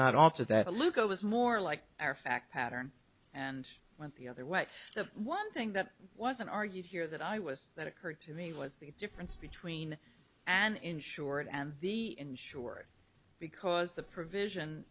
not alter that lugo was more like our fact pattern and went the other way the one thing that wasn't argued here that i was that occurred to me was the difference between an insured and the insurer because the provision